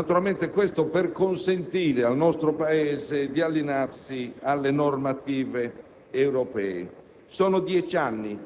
straordinario per consentire al nostro Paese di allinearsi alle normative europee. Sono dieci anni